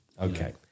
okay